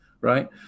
right